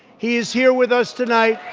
he is here with us tonight,